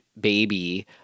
baby